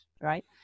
Right